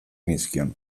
nizkion